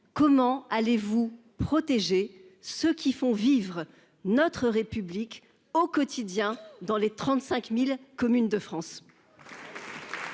comment allez vous protéger ceux qui font vivre notre République au quotidien dans les 35.000 communes de France.